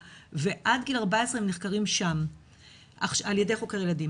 ועד גיל 14 הם נחקרים שם על ידי חוקר ילדים.